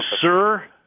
sir